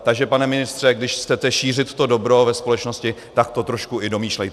Takže pane ministře, když chcete šířit to dobro ve společnosti, tak to trošku i domýšlejte.